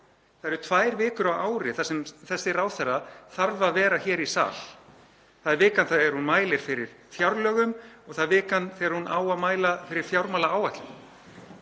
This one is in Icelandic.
Það eru tvær vikur á ári þar sem þessi ráðherra þarf að vera hér í sal. Það er vikan er hún mælir fyrir fjárlögum og það er vikan þegar hún á að mæla fyrir fjármálaáætlun.